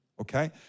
Okay